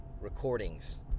recordings